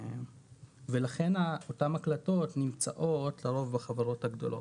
לכן אותן הקלטות נמצאות לרוב בחברות הגדולות.